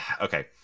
Okay